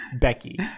becky